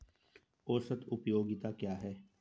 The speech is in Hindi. औसत उपयोगिता क्या है?